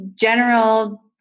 general